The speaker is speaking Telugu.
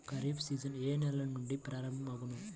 ఖరీఫ్ సీజన్ ఏ నెల నుండి ప్రారంభం అగును?